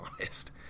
honest